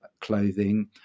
clothing